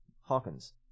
Hawkins